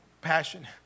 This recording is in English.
passion